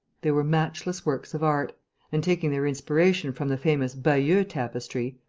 they were matchless works of art and, taking their inspiration from the famous bayeux tapestry,